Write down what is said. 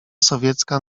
sowiecka